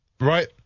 Right